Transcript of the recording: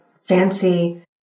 fancy